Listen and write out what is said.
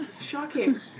Shocking